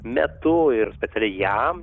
metu ir specialiai jam